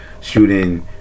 shooting